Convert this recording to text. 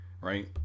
right